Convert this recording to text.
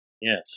Yes